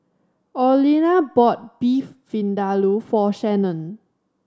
Orlena bought Beef Vindaloo for Shanon